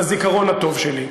בזיכרון הטוב שלי.